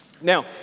Now